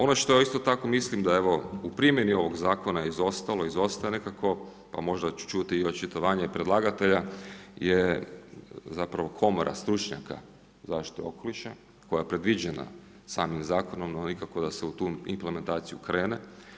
Ono što isto tako mislim da evo u primjeni ovog zakona je izostalo, izostaje nekako pa možda ću čuti i očitovanje predlagatelja je komora stručnjaka zaštite okoliša koja je predviđena samim zakonom, a nikako da se u tu implementaciju krene.